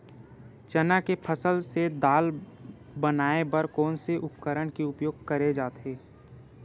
चना के फसल से दाल बनाये बर कोन से उपकरण के उपयोग करे जाथे?